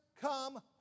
come